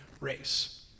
race